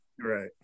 Right